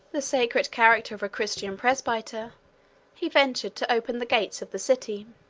the sacred character of a christian presbyter, he ventured to open the gates of the city.